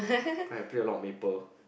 cause I play a lot of maple